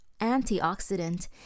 antioxidant